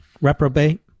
Reprobate